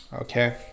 Okay